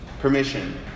permission